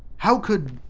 how could